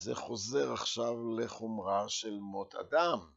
זה חוזר עכשיו לחומרה של מות אדם.